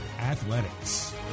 Athletics